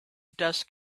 dust